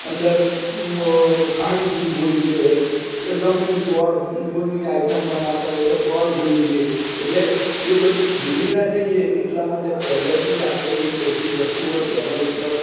અંદર ખાંડ ભૂલી જઈએ કે ગમે તે ગોળ ની આઈટમ બનાવતા હોઈએ તો ગોળ ભૂલી જઈએ એટલે એ બધું ભૂલી ન જઈએ એટલા માટે પહેલેથી જ આપણે એ બધી વસ્તુઓ ટેબલ ઉપર